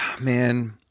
man